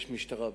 יש משטרה בישראל.